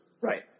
Right